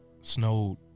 Snowed